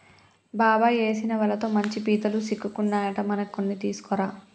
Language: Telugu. బాబాయ్ ఏసిన వలతో మంచి పీతలు సిక్కుకున్నాయట మనకి కొన్ని తీసుకురా